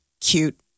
cute